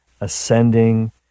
ascending